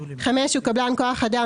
הוא קבלן כוח אדם,